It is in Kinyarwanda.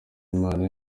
imana